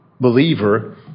believer